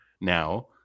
now